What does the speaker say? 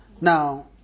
Now